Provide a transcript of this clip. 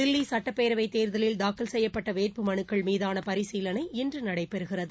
தில்லி சட்டப் பேரவைத் தேர்தலில் தாக்கல் செய்யப்பட்ட வேட்புமனுக்கள் மீதான பரிசீலனை இன்று நடைபெறுகிறது